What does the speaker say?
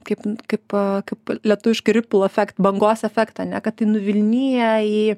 kaip kaip kaip lietuviškai ripl efekt bangos efektą ane kad ji nuvilnija į